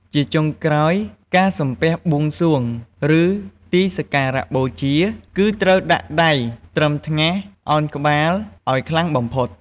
ជាចុងក្រោយការសំពះបួងសួង ឬទីសក្ការបូជា គឺត្រូវដាក់ដៃត្រឹមថ្ងាស ឱនក្បាលឲ្យខ្លាំងបំផុត។